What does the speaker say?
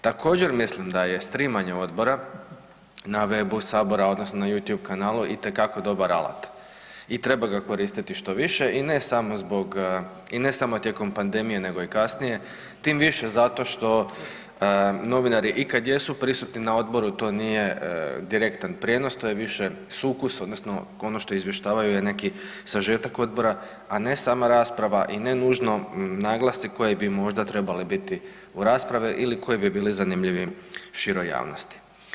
Također mislim da strimanje odbora na webu sabora odnosno na YouTube kanalu itekako dobar alat i treba ga koristiti što više i ne samo zbog i ne samo tijekom pandemije, nego i kasnije, tim više zato što novinari i kad jesu prisutni na odboru to nije direktan prijenos to je više sukus odnosno ono što izvještavaju je neki sažetak odbora, a ne sama rasprava i ne nužno naglasci koji bi možda trebali biti u raspravi ili koji bi bili zanimljiviji široj javnosti.